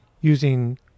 using